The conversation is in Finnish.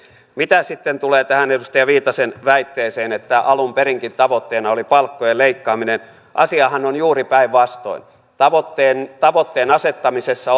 mitä sitten tulee tähän edustaja viitasen väitteeseen että alun perinkin tavoitteena oli palkkojen leikkaaminen niin asiahan on juuri päinvastoin tavoitteen tavoitteen asettamisessa